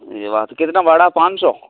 यह बात तो कितना भाड़ा पाँच सौ